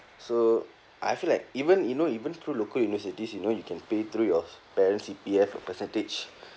so I feel like even you know even through local universities you know you can pay through your parents' C_P_F a percentage